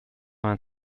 vingt